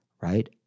right